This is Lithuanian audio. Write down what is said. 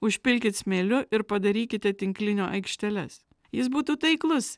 užpilkit smėliu ir padarykite tinklinio aikšteles jis būtų taiklus